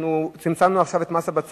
אנחנו צמצמנו עכשיו את מס הבצורת,